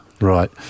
right